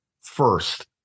first